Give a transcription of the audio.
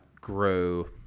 grow